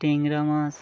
ট্যাংরা মাছ